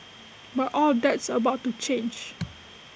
but all that's about to change